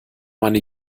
meine